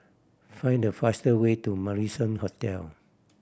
find the faster way to Marrison Hotel